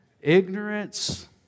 Ignorance